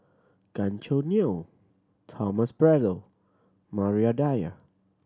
Gan Choo Neo Thomas Braddell Maria Dyer